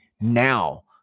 now